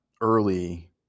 early